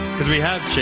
because we have